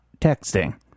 texting